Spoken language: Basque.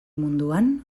munduan